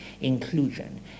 inclusion